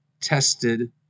tested